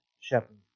shepherd